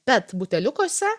bet buteliukuose